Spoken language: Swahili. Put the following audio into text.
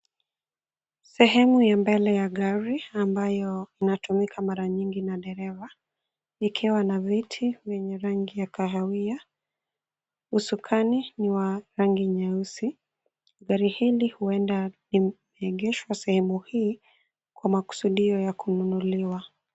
Sehemu ya mbele ya gari ambayo inatumika na dereva, ikiwa na viti vyenye rangi ya kahawia, usukani ni WA rangi nyeusi ,gari hili huenda limeegeshwa sehemu hii, kwa maksudio ya kununuliwa.